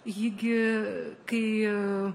ji gi kai